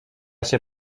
się